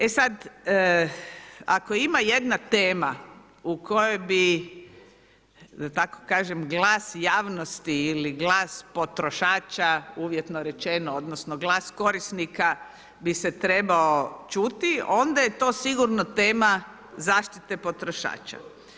E sad, ako ima jedna tema u kojoj bi, da tako kažem, glas javnosti ili glas potrošača uvjetno rečeno odnosno glas korisnika bi se trebao čuti, onda je to sigurno tema zaštite potrošača.